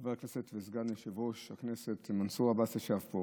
חבר הכנסת וסגן יושב-ראש הכנסת מנסור עבאס ישב פה